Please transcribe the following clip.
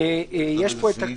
איזה סעיף?